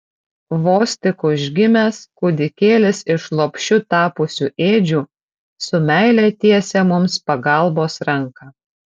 vos tik užgimęs kūdikėlis iš lopšiu tapusių ėdžių su meile tiesia mums pagalbos ranką